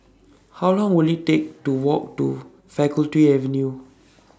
How Long Will IT Take to Walk to Faculty Avenue